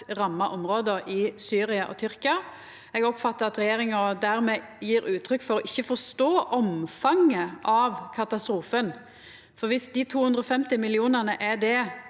ramma områda i Syria og Tyrkia. Eg oppfattar at regjeringa dermed gjev uttrykk for ikkje å forstå omfanget av katastrofen. Dersom dei 250 mill. kr er det